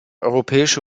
europäische